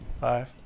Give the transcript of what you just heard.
Five